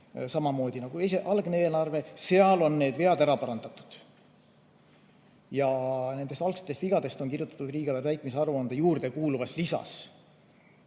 samamoodi nagu esialgne eelarve, on need vead ära parandatud. Nendest algsetest vigadest on kirjutatud riigieelarve täitmise aruande juurde kuuluvas lisas,